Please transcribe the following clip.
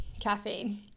caffeine